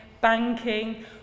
banking